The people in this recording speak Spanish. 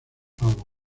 power